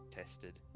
tested